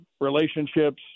relationships